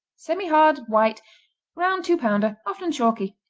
semihard white round two-pounder often chalky.